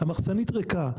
המחסנית ריקה.